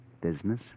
Business